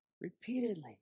Repeatedly